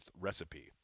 recipe